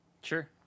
sure